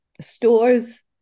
stores